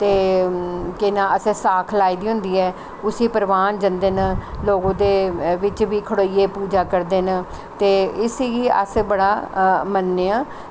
ते केह् नांऽ असें सांख लाई दी होंदी ऐ उसी परवान जंदे न ओह्दे लोक बिच्च बी खड़ोइयै पूज़ा करदे न ते इस गी अस बड़ा मन्नने आं